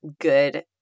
good